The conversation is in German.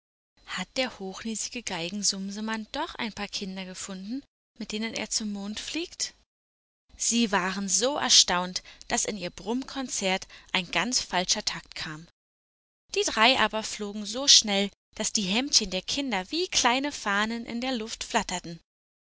hat der hochnäsige geigensumsemann doch ein paar kinder gefunden mit denen er zum mond fliegt sie waren so erstaunt daß in ihr brummkonzert ein ganz falscher takt kam die drei aber flogen so schnell daß die hemdchen der kinder wie kleine fahnen in der luft flatterten